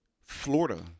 Florida